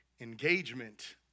engagement